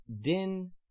din